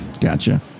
Gotcha